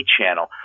channel